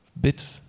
Bit